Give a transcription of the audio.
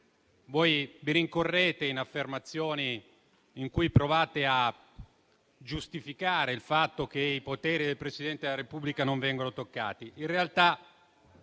Voi vi rincorrete in affermazioni in cui provate a giustificare il fatto che i poteri del Presidente della Repubblica non vengono toccati.